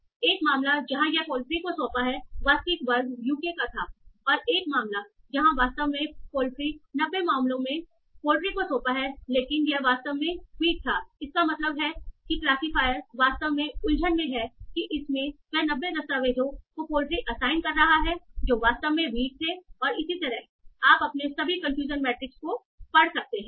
1 मामला जहां यह पोल्ट्री को सौंपा है वास्तविक वर्ग यूके का था और 1 मामला जहां वास्तव में पोल्ट्री 90 मामलों में पोल्ट्री को सौंपा है लेकिन यह वास्तव में वीट था इसका मतलब है कि क्लासिफायर वास्तव में उलझन में है की इसमें वह 90 दस्तावेज़ों को पोल्ट्री असाइन कर रहा है जो वास्तव में वीट थे और इसी तरह आप अपने सभी कन्फ्यूजन मैट्रिक्स को पढ़ सकते हैं